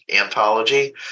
anthology